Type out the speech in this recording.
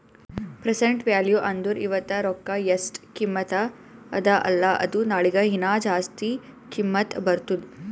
present value ಅಂದುರ್ ಇವತ್ತ ರೊಕ್ಕಾ ಎಸ್ಟ್ ಕಿಮತ್ತ ಅದ ಅಲ್ಲಾ ಅದು ನಾಳಿಗ ಹೀನಾ ಜಾಸ್ತಿ ಕಿಮ್ಮತ್ ಬರ್ತುದ್